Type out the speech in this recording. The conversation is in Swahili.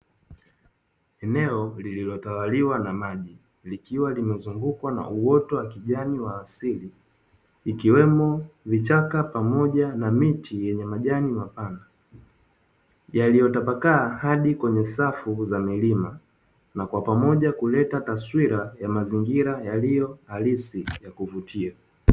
Eneo lililotawaliwa na maji, likiwa limezungukwa na uoto wa kijani wa asili, ikiwemo vichaka pamoja na miti yenye majani mapana yaliyotapakaa hadi kwenye safu za milima, na kwa pamoja kuleta taswira ya mazingira yaliyo halisi ya kuvutia.